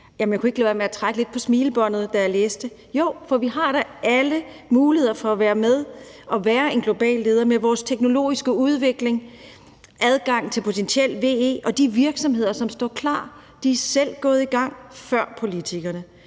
Jeg kunne ikke lade være med at trække lidt på smilebåndet, da jeg læste det. Jo, for vi har da alle muligheder for at være med og være en global leder med vores teknologiske udvikling og adgang til potentiel VE, og de virksomheder, som står klar, er selv gået i gang før politikerne.